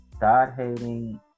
God-hating